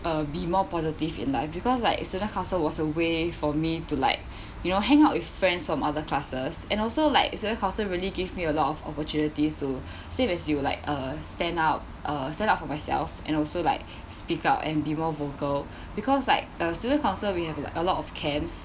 uh be more positive in life because like student council was a way for me to like you know hang out with friends from other classes and also like students council really give me a lot of opportunities to same as you like uh stand up uh stand up for myself and also like speak up and be more vocal because like uh student council we have like a lot of camps